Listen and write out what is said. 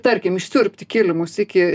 tarkim išsiurbti kilimus iki